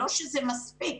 לא שזה מספיק,